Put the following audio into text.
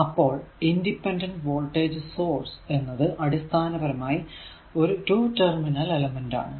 അപ്പോൾ independent voltage source എന്നത് അടിസ്ഥാനപരമായി ഒരു 2 ടെർമിനൽ എലമെന്റ് ആണ്